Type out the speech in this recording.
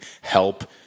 help